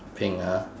pink ah